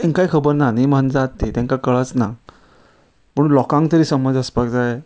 तेंकाय खबर ना न्ही मनजात ती तेंकां कळच ना पूण लोकांक तरी समज आसपाक जाय